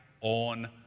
on